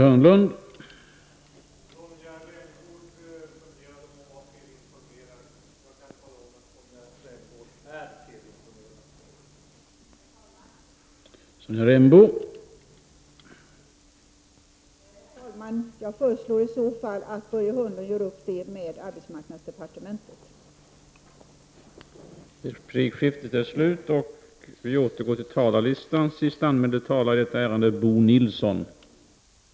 Jag föreslår i så fall att Börje Hörnlund gör upp det här med arbetsmarknadsdepartementet.